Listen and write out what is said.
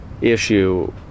issue